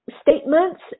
statements